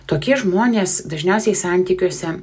tokie žmonės dažniausiai santykiuose